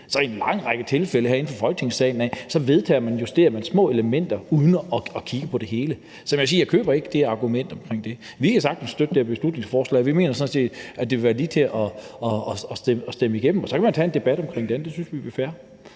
Så i en lang række tilfælde vedtager man jo herinde fra Folketingssalen at justere små elementer uden at kigge på det hele. Så jeg køber ikke det argument om det. Vi kan sagtens støtte det her beslutningsforslag. Vi mener sådan set, at det vil være lige til at stemme igennem, og så kan man tage en debat om det andet. Det synes vi vil være fair.